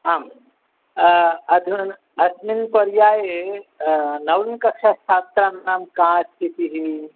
आं अधना अस्मिन् पर्याये नवमीकक्षाछात्राणां का स्थितिः